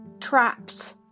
trapped